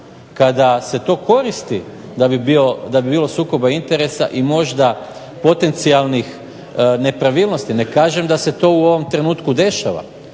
kada se to koristi da bi bilo sukoba interesa i možda potencijalnih nepravilnosti. Ne kažem da se to u ovom trenutku dešava,